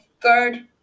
third